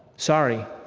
sorry.